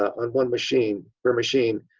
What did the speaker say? on one machine, per machine.